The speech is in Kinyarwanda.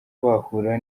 bahura